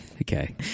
Okay